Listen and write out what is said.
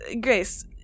Grace